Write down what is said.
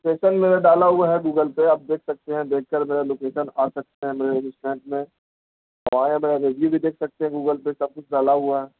location میں نے ڈالا ہوا ہے گوگل پے آپ دیکھ سکتے ہیں دیکھ کر میرے لوکیشن آ سکتے ہیں میرے ریسٹورینٹ میں آپ آئے تو ریویو بھی دیکھ سکتے ہیں گوگل پہ سب کچھ ڈالا ہوا ہے